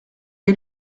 est